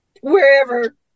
wherever